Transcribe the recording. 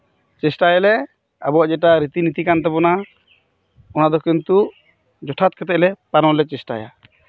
ᱪᱮᱥᱴᱟᱭ ᱟᱞᱮ ᱟᱵᱚᱱᱟᱜ ᱡᱮᱴᱟ ᱨᱤᱛᱤ ᱱᱤᱛᱤ ᱠᱟᱱ ᱛᱟᱵᱚᱱᱟ ᱚᱱᱟᱫᱚ ᱠᱤᱱᱛᱩ ᱡᱚᱛᱷᱟᱛ ᱠᱟᱛᱮᱫᱞᱮ ᱯᱟᱞᱚᱱ ᱞᱮ ᱪᱮᱥᱴᱟᱭᱟ